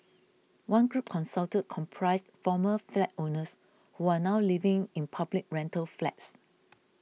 one group consulted comprised former flat owners who are now living in public rental flats